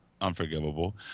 unforgivable